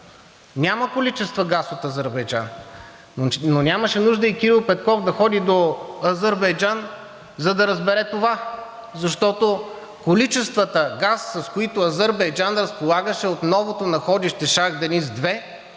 Няма количества газ от Азербайджан, но нямаше нужда и Кирил Петков да ходи до Азербайджан, за да разбере това. Защото количествата газ, с които Азербайджан разполагаше от новото находище „Шах Дениз-2“,